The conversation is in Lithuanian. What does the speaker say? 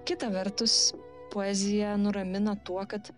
kita vertus poezija nuramina tuo kad